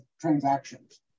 transactions